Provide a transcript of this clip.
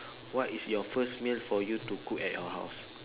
what is your first meal for you to cook at your house